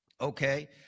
Okay